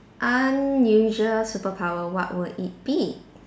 unusual superpower what would it be